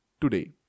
today